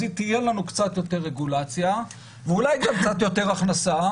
אז תהיה לנו קצת יותר רגולציה ואולי גם קצת יותר הכנסה,